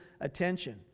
attention